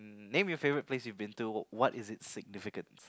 name your favourite place you've been to what is it significant